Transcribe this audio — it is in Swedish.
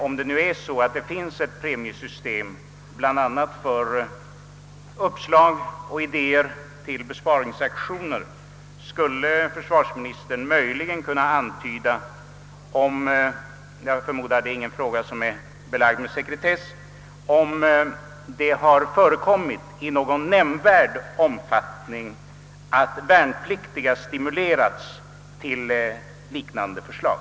Om det nu finns ett premiesystem bl.a. för uppslag och idéer till besparingsaktioner, kvarstår frågan om försvarsministern möjligen skulle kunna antyda — jag förmodar att detta inte är en sak som är belagd med sekretess — om det i någon nämnvärd omfattning har förekommit att värnpliktiga stimulerats till liknande förslag.